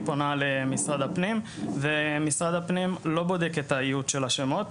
היא פונה למשרד הפנים ומשרד הפנים לא בודק את האיות של השמות,